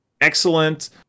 excellent